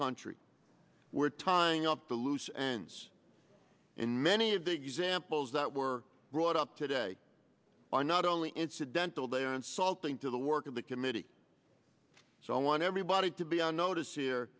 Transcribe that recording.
country we're tying up the loose ends in many of the examples that were brought up today are not only incidental they are insulting to the work of the committee so i want everybody to be on notice here